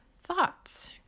thoughts